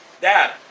Dad